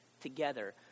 together